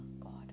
God